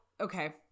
Okay